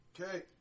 Okay